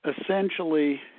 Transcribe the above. Essentially